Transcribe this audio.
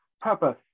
purpose